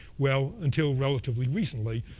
well, until relatively recently,